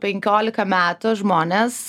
penkioliką metų žmonės